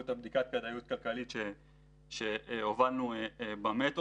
את בדיקת הכדאיות הכלכלית שהובלנו במטרו.